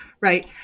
right